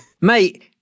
Mate